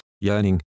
yearning